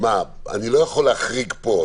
אני לא יכול להחריג פה.